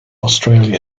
australia